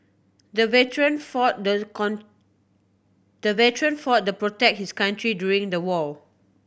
the veteran fought the the veteran fought the protect his country during the war